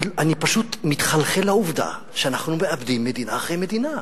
אני פשוט מתחלחל מול העובדה שאנחנו מאבדים מדינה אחרי מדינה.